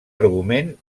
argument